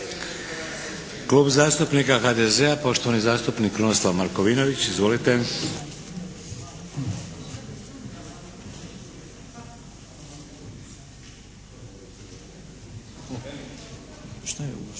Klub zastupnika HDZ-a poštovani zastupnik Krunoslav Markovinović. Izvolite. **Markovinović,